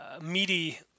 meaty